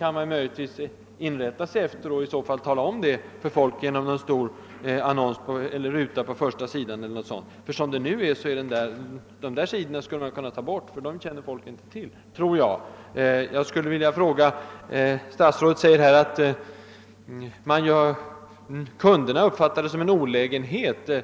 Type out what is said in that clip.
Man kunde möjligen inrätta sig efter detta och genom en ruta eller liknande på katalogens framsida göra människor uppmärksamma på att det finns postnummer i telefonkatalogen. Under nuvarande förhållanden tror jag man lika gärna skulle kunna ta bort de aktuella sidorna ur telefonkatalogen. Jag vill fråga statsrådet: Ni säger att kunderna uppfattade det som en olägenhet då